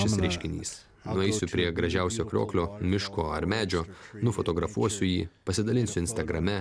šis reiškinys nueisiu prie gražiausio krioklio miško ar medžio nufotografuosiu jį pasidalinsiu instagrame